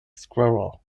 squirrel